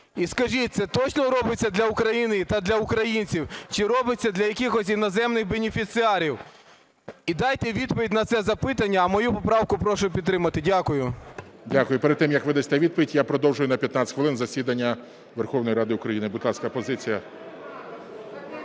І скажіть, це точно робиться для України та для українців чи робиться для якихось іноземних бенефіціарів? І дайте відповідь на це запитання. А мою поправку прошу підтримати. Дякую. ГОЛОВУЮЧИЙ. Дякую. Перед тим як ви дасте відповідь, я продовжую на 15 хвилин засідання Верховної Ради України. Будь ласка, позиція.